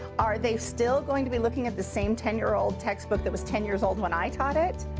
are they still going to be looking at the same ten year old text book that was ten years old when i taught it?